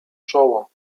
czoło